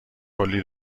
کلی